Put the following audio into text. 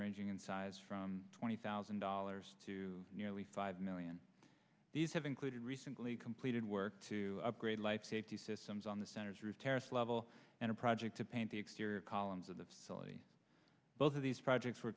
ranging in size from twenty thousand dollars to nearly five million these have included recently completed work to upgrade life safety systems on the centers roof terrace level and a project to paint the exterior columns of the facility both of these projects were